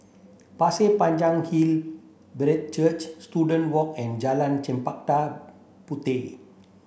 Pasir Panjang Hill Brethren Church Student Walk and Jalan Chempaka Puteh